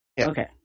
okay